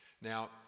now